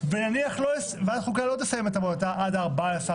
ונניח ועדת החוקה לא תסיים את עבודתה עד ה-14,